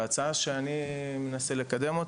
בהצעה שאני מנסה לקדם,